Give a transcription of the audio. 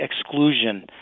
exclusion